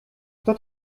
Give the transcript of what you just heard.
kto